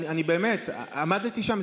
באמת, עמדתי שם.